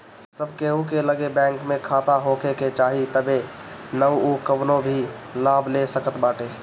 सब केहू के लगे बैंक में खाता होखे के चाही तबे नअ उ कवनो भी लाभ ले सकत बाटे